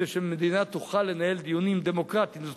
כדי שמדינה תוכל לנהל דיונים דמוקרטיים,